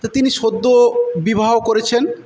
তা তিনি সদ্য বিবাহ করেছেন